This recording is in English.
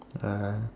uh